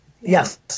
Yes